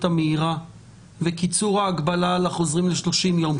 המהירה וקיצור ההגבלה לחוזרים ל-30 ימים,